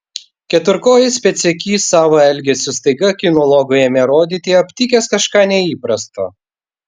keturkojis pėdsekys savo elgesiu staiga kinologui ėmė rodyti aptikęs kažką neįprasto